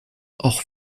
auch